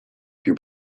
più